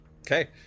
Okay